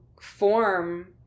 form